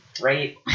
right